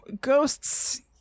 ghosts